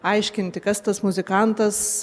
aiškinti kas tas muzikantas